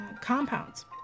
compounds